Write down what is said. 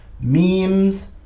memes